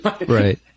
Right